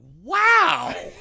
Wow